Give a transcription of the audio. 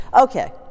Okay